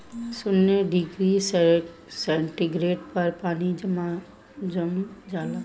शून्य degree centigrade पर पानी जम जाला